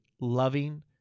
loving